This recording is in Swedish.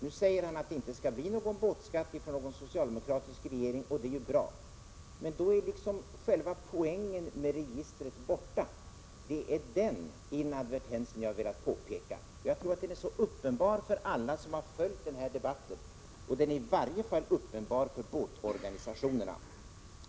Nu säger han att det inte skall föreslås någon båtskatt av någon socialdemokratisk regering, och det är bra. Men då är liksom själva poängen med registret borta. Det är den inadvertensen jag har velat påpeka. Jag tror att den är uppenbar för alla som har följt den här debatten, och den är i varje fall uppenbar för båtorganisationerna.